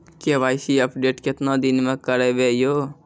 KYC update केतना दिन मे करेबे यो?